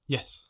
Yes